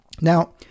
Now